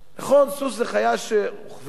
סוס זו חיה שרוכבים עליה,